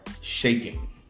shaking